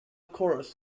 chorus